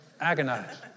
agonized